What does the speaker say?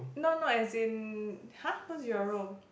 no no as in !huh! who's your role